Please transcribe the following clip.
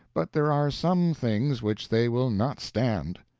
but there are some things which they will not stand.